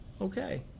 Okay